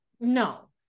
no